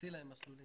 ולהציע להם מסלולים.